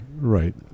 right